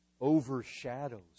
overshadows